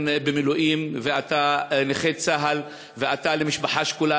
במילואים ואתה נכה צה"ל ואתה ממשפחה שכולה,